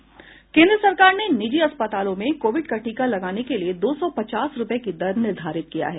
केन्द्र सरकार ने निजी अस्पतालों में कोविड का टीका लगाने के लिए दो सौ पचास रूपये की दर निर्धारित किया है